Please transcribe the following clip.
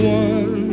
one